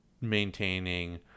maintaining